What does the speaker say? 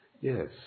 Yes